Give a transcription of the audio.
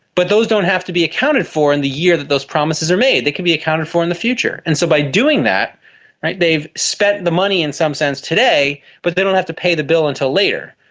but those don't have to be accounted for in the year that those promises are made, they can be accounted for in the future. and so by doing that they've spent the money in some sense today but they don't have to pay the bill until later.